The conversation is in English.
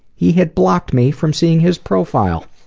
he had blocked me from seeing his profile.